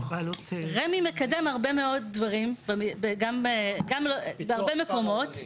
רמ"י מקדם הרבה מאוד דברים גם בהרבה מקומות.